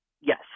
Yes